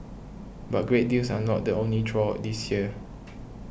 but great deals are not the only draw this year